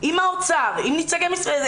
עם האוצר ועם נציגי משרדים,